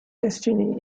destiny